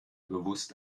bewusst